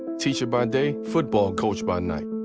teacher by day, football coach by night.